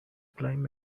climb